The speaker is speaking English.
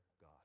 God